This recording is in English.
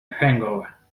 hangover